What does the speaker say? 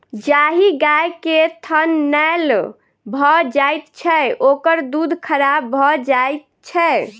जाहि गाय के थनैल भ जाइत छै, ओकर दूध खराब भ जाइत छै